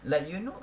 like you know